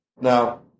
Now